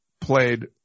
played